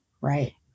Right